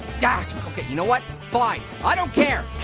gah, okay, you know what? fine, i don't care.